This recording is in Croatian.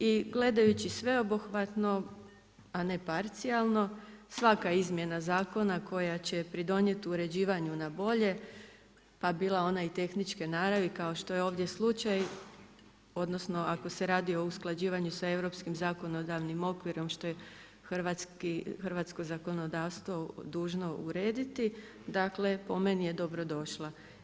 I gledajući sveobuhvatno a ne parcijalno, svaka izmjena zakona koja će pridonijeti uređivanju na bolje pa bila ona i tehničke naravi kao što je i ovdje slučaj, odnosno ako se radi o usklađivanju sa europskim zakonodavnim okvirom što je hrvatsko zakonodavstvo dužno urediti, dakle po meni je dobrodošla.